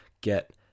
get